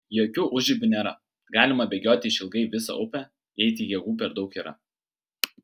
jokių užribių nėra galima bėgioti išilgai visą upę jei tik jėgų per daug yra